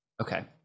okay